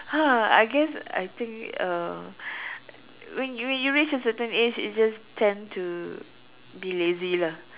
!ha! I guess I think uh when you when you reach a certain age you just tend to be lazy lah